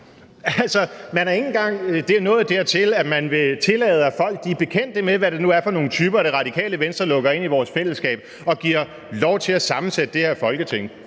engang nået dertil, at man vil tillade, at folk er bekendte med, hvad det nu er for nogle typer, Det Radikale Venstre lukker ind i vores fællesskab og giver lov til at sammensætte det her Folketing.